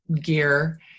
gear